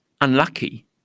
unlucky